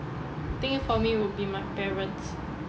think for me would be my parents